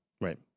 Right